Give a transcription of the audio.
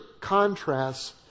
contrasts